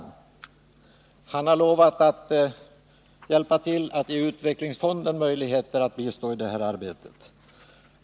Vidare har han lovat att hjälpa till att ge utvecklingsfonden möjligheter att bistå arbetsgrupperna i detta arbete.